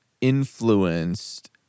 influenced